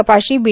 कपाशी बी